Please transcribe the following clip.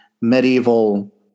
medieval